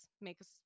makes